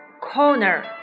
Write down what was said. corner